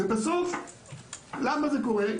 בסוף למה זה קורה?